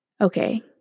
Okay